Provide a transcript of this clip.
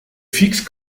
fixes